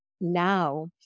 now